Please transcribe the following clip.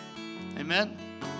Amen